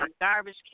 garbage